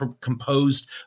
composed